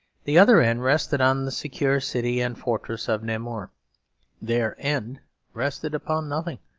the other end rested on the secure city and fortress of namur their end rested upon nothing.